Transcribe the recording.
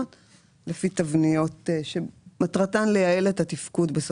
לא הייתה שום נגיעה לעניין אישור תכניות הימורים וחשיפת